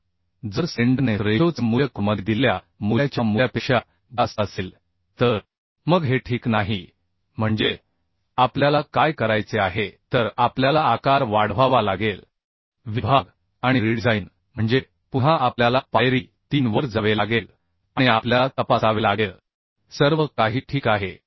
आता जर स्लेंडरनेस रेशोचे मूल्य कोडमध्ये दिलेल्या मूल्याच्या मूल्यापेक्षा जास्त असेल तर मग हे ठीक नाही म्हणजे आपल्याला काय करायचे आहे तर आपल्याला आकार वाढवावा लागेल विभाग आणि रीडिझाइन म्हणजे पुन्हा आपल्याला पायरी 3 वर जावे लागेल आणि आपल्याला तपासावे लागेल सर्व काही ठीक आहे